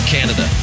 Canada